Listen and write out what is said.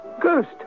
ghost